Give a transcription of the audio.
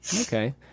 Okay